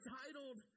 titled